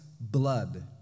blood